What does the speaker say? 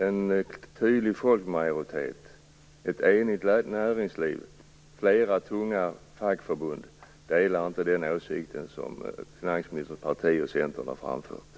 En tydlig folkmajoritet, ett enigt näringsliv och flera tunga fackförbund delar inte den åsikt som finansministerns parti och Centern har framfört.